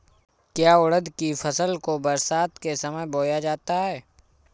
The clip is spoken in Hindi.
क्या उड़द की फसल को बरसात के समय बोया जाता है?